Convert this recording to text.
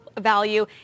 value